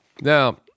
Now